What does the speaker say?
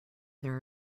there